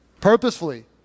purposefully